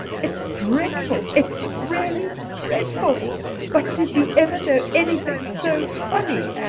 it's dreadful it's really dreadful but did you ever know anything so funny,